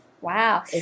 wow